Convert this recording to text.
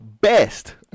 best